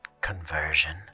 conversion